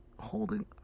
holding